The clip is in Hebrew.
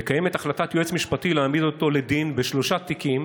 וקיימת החלטת יועץ משפטי להעמיד אותו לדין בשלושה תיקים